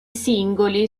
singoli